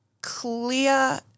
clear